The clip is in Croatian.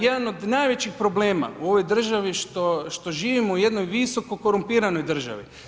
Jedan od najvećih problema u ovoj državi što živimo u jednoj visokokorumpiranoj državi.